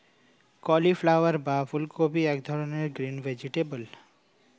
cauliflower বা ফুলকপি এক ধরনের গ্রিন ভেজিটেবল